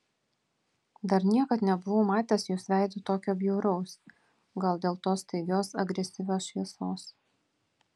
dar niekad nebuvau matęs jos veido tokio bjauraus gal dėl tos staigios agresyvios šviesos